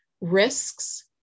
risks